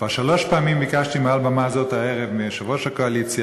כבר שלוש פעמים הערב ביקשתי מעל במה זו מיושב-ראש הקואליציה